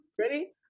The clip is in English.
Ready